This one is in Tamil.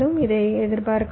இதை எதிர்பார்க்கலாம்